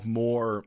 more